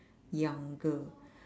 younger